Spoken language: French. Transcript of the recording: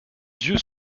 yeux